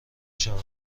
شوند